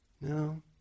No